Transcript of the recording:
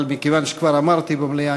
אבל מכיוון שכבר אמרתי במליאה,